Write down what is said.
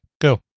Go